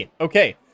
Okay